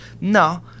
no